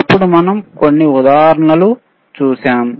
అప్పుడు మనం కొన్ని ఉదాహరణలు చూశాము